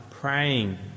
praying